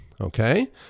okay